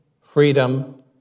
freedom